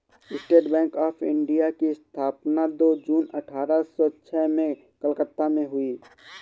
state Bank of India की स्थापना दो जून अठारह सो छह में कलकत्ता में हुई